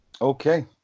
Okay